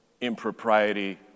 impropriety